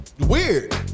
Weird